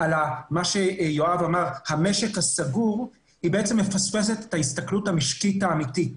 על המשק הסגור היא בעצם מפספסת את ההסתכלות המשקית האמיתית